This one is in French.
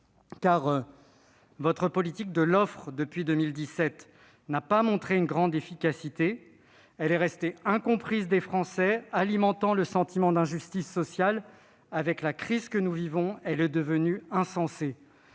fait, la politique de l'offre que vous menez depuis 2017 n'a pas montré une grande efficacité ; elle est restée incomprise des Français, alimentant le sentiment d'injustice sociale. Avec la crise que nous vivons, elle est devenue insensée.